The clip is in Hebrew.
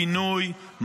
פינוי,